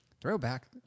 Throwback